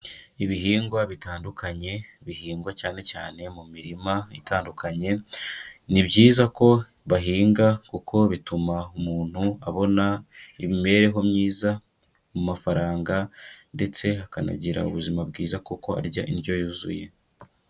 Ibihingwa bitandukanye bihingwa cyane cyane mu mirima itandukanye, ni byiza ko bahinga kuko bituma umuntu abona imibereho myiza mu mafaranga, ndetse akanagira ubuzima bwiza kuko arya indyo yuzuye.